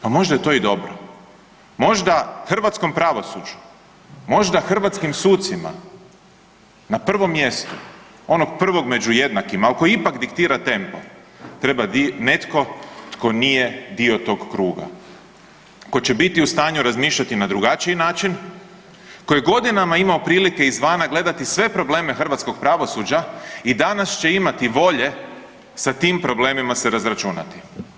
Pa možda je to i dobro, možda hrvatskom pravosuđu, možda hrvatskim sucima na prvom mjestu onog prvog među jednakima, a koji ipak diktira tempo, treba netko tko nije dio tog kruga, ko će biti u stanju razmišljati na drugačiji način, koji je godinama imao prilike izvana gledati sve probleme hrvatskog pravosuđa i danas će imati volje sa tim problemima se razračunati.